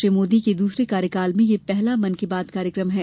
श्री मोदी के दूसरे कार्यकाल में यह पहला मन की बात कार्यक्रम है